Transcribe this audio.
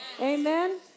Amen